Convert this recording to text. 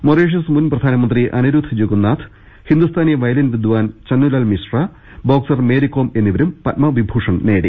Mauritius മുൻ പ്രധാന മന്ത്രി അനിരുദ്ധ് ജുഗുന്നാഥ് ഹിന്ദുസ്ഥാനി വയലിൻ വിദ്വാൻ ചന്നു ലാൽ മിശ്ര ബോക്സർ മേരികോം എന്നിവരും പത്മവിഭൂഷൺ നേടി